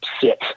sit